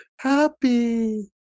Happy